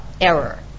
error